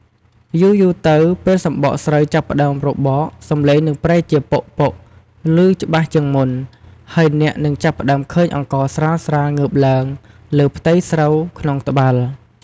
យូរៗទៅ ពេលសម្បកស្រូវចាប់ផ្តើមរបក សំឡេងនឹងប្រែជា "ប៉ុកៗ" ឮច្បាស់ជាងមុន ហើយអ្នកនឹងចាប់ផ្តើមឃើញអង្ករស្រាលៗងើបឡើងលើផ្ទៃស្រូវក្នុងត្បាល់។